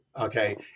Okay